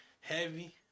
heavy